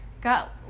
got